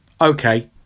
Okay